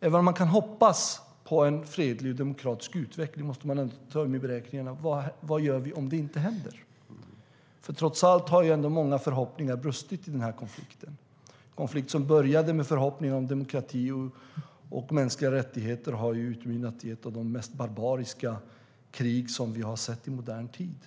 även om man kan hoppas på en fredlig och demokratisk utveckling måste man ändå ta med i beräkningarna vad vi ska göra om detta inte händer. Trots allt har redan många förhoppningar brustit i den här konflikten, som började med en förhoppning om demokrati och mänskliga rättigheter men har utmynnat i ett av de mest barbariska krig vi har sett i modern tid.